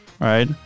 right